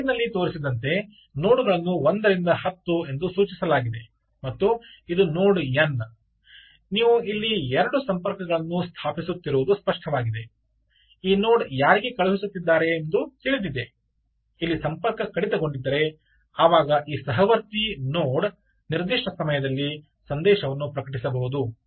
ಸ್ಲೈಡಿನಲ್ಲಿ ತೋರಿಸಿದಂತೆ ನೋಡ್ ಗಳನ್ನು 1 ರಿಂದ 10 ಎಂದು ಸೂಚಿಸಲಾಗಿದೆ ಮತ್ತು ಇದು ನೋಡ್ n ನೀವು ಇಲ್ಲಿ ಎರಡು ಸಂಪರ್ಕಗಳನ್ನು ಸ್ಥಾಪಿಸುತ್ತಿರುವುದು ಸ್ಪಷ್ಟವಾಗಿದೆ ಈ ನೋಡ್ ಯಾರಿಗೆ ಕಳುಹಿಸುತ್ತಿದ್ದಾರೆಂದು ತಿಳಿದಿದೆ ಇಲ್ಲಿ ಸಂಪರ್ಕ ಕಡಿತಕೊಂಡಿದ್ದರೆ ಆವಾಗ ಈ ಸಹವರ್ತಿ ಈ ನೋಡ್ ನಿರ್ದಿಷ್ಟ ಸಮಯದಲ್ಲಿ ಸಂದೇಶವನ್ನು ಪ್ರಕಟಿಸಬಹುದು